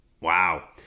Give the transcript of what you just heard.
Wow